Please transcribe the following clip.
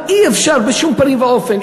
אני אומר: אי-אפשר בשום פנים ואופן.